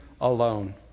alone